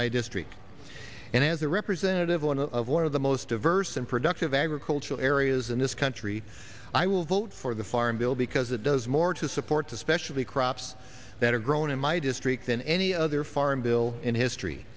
my district and as a representative one of one of the most diverse and productive ag cultural areas in this country i will vote for the farm bill because it does more to support especially crops that are grown in my district than any other farm bill in history